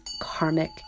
karmic